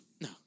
No